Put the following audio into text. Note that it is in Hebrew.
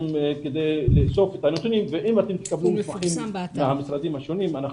אם תקבלו נתונים מהמשרדים השונים,